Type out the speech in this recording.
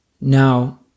Now